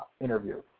interview